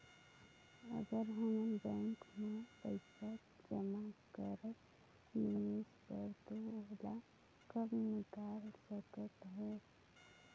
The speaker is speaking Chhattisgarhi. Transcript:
अगर हमन बैंक म पइसा जमा करब निवेश बर तो ओला कब निकाल सकत हो?